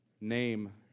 name